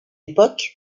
époque